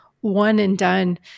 one-and-done